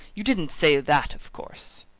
you didn't say that, of course.